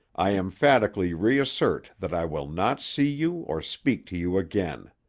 i emphatically reassert that i will not see you or speak to you again.